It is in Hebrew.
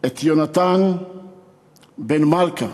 את יונתן בן מלכה,